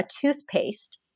toothpaste